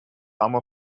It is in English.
armor